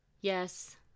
Yes